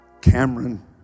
Cameron